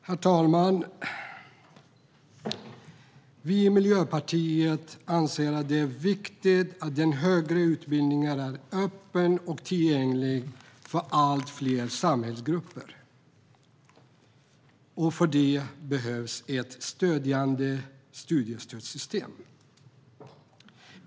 Herr talman! Vi i Miljöpartiet anser att det är viktigt att den högre utbildningen är öppen och tillgänglig för allt fler samhällsgrupper. För det behövs ett studiestödssystem.